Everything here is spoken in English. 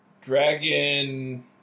Dragon